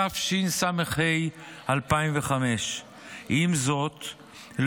התשס"ה 2005. עם זאת,